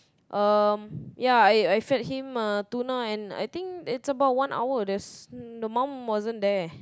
um ya I I fed him uh tuna and I think it's about one hour there's the mum wasn't there